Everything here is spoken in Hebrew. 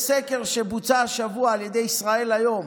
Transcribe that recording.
יש סקר שבוצע השבוע על ידי ישראל היום: